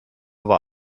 war